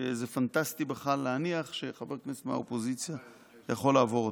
שזה פנטסטי בכלל להניח שחבר הכנסת מהאופוזיציה יכול לעבור אותו.